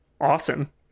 awesome